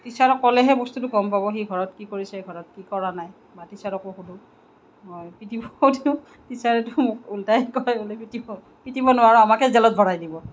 টিচাৰক ক'লেহে বস্তুটো গম পাব সি ঘৰত কি কৰিছে ঘৰত কি কৰা নাই বা টিচাৰকো সোধোঁ মই পিটিবও দিওঁ টিচাৰেটো মোক ওলোটাই কয় বোলে পিটিব পিটিব নোৱাৰোঁ আমাকে জেলত ভৰাই দিব